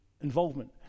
involvement